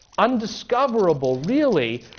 undiscoverable, really,